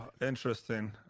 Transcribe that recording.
interesting